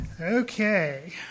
Okay